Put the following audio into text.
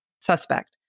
suspect